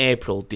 April